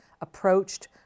approached